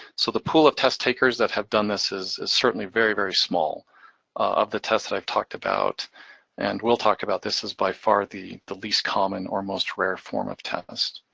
so the pool of test takers that have done this is certainly very, very small of the tests that i've talked about and will talk about. this is by far the the least common or most rare form of test.